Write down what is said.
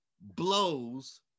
blows